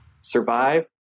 survive